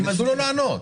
תנו לו לענות.